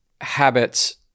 habits